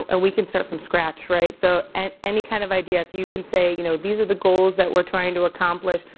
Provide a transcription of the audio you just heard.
and we can start from scratch right? so and any kind of idea, if you can say, you know, these are the goals that we're trying to accomplish.